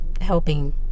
helping